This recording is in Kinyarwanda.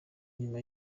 nyuma